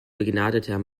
begnadeter